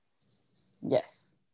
yes